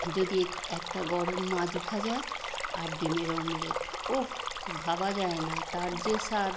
যদি এট একটা গরম মাছ ভাজা আর ডিমের অমলেট ওহ ভাবা যায় না তার যে স্বাদ